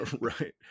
right